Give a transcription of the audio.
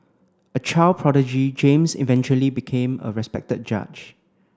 a child prodigy James eventually became a respected judge